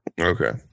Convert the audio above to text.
Okay